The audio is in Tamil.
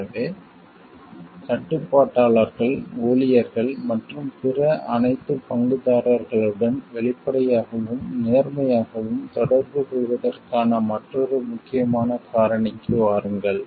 எனவே கட்டுப்பாட்டாளர்கள் ஊழியர்கள் மற்றும் பிற அனைத்து பங்குதாரர்களுடன் வெளிப்படையாகவும் நேர்மையாகவும் தொடர்புகொள்வதற்கான மற்றொரு முக்கியமான காரணிக்கு வாருங்கள்